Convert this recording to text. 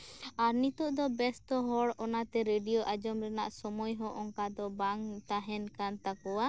ᱟᱨ ᱱᱤᱛᱳᱜ ᱫᱚ ᱵᱮᱥᱛᱚ ᱦᱚᱲ ᱚᱱᱟᱛᱮ ᱨᱮᱰᱤᱭᱳ ᱟᱸᱡᱚᱢ ᱨᱮᱱᱟᱜ ᱚᱱᱠᱟᱱ ᱥᱚᱢᱚᱭ ᱦᱚᱸ ᱚᱱᱠᱟ ᱫᱚ ᱵᱟᱝ ᱛᱟᱦᱮᱸᱱ ᱠᱟᱱ ᱛᱟᱠᱚᱣᱟ ᱟᱨ